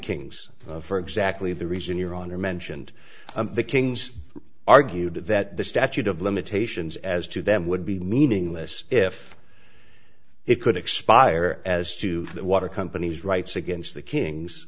kings for exactly the reason your honor mentioned the kings argued that the statute of limitations as to them would be meaningless if it could expire as to the water company's rights against the kings